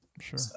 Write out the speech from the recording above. Sure